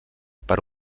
per